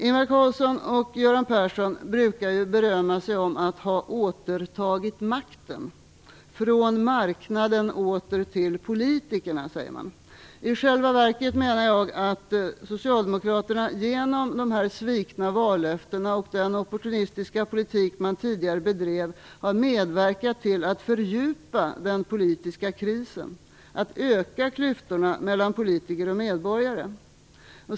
Ingvar Carlsson och Göran Persson brukar ju berömma sig av att ha återtagit makten - från marknaden åter till politikerna, säger man. Jag menar att socialdemokraterna i själva verket genom dessa svikna vallöften och den opportunistiska politik som de tidigare bedrev har medverkat till att fördjupa den politiska krisen och till att öka klyftorna mellan politiker och medborgare.